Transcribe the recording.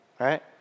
right